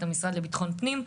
את המשרד לביטחון הפנים,